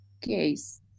Case